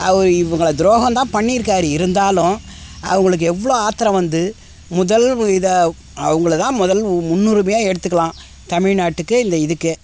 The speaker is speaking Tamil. அவர் இவங்கள துரோகந்தான் பண்ணிருக்காரு இருந்தாலும் அவங்களுக்கு எவ்வளோ ஆத்திரம் வந்து முதல் இதை அவங்கள தான் முதல் முன்னுரிமையாக எடுத்துக்கலாம் தமிழ்நாட்டுக்கு இந்த இதுக்கே